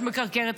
את מקרקרת.